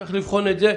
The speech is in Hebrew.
צריך לבחון את זה.